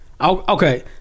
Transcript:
Okay